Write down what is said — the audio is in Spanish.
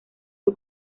fue